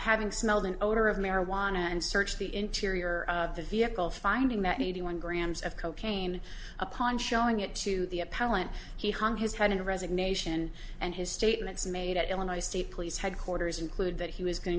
having smelled an odor of marijuana and searched the interior of the vehicle finding that eighty one grams of cocaine upon showing it to the appellant he hung his head in resignation and his statements made at illinois state police headquarters include that he was going